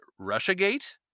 Russiagate